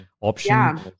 option